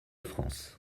france